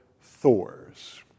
Thors